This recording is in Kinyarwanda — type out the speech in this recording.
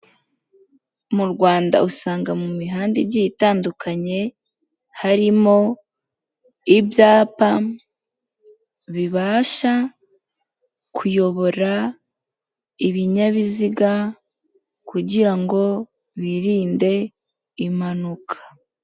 Mu rwanda usanga mu mihanda igiye itandukanye, harimo ibyapa bibasha kuyobora ibinyabiziga kugira ngo birinde impanuka.